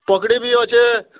ପକ୍ଡ଼ି ବି ଅଛେ